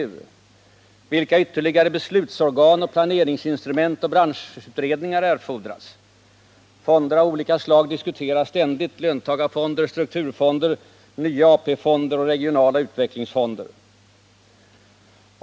Vilka — ytterligare = beslutsorgan och = planeringsinstrument och branschutredningar erfordras? Fonder av olika slag diskuteras ständigt — löntagarfonder, strukturfonder, nya AP-fonder och regionala utvecklingsfonder.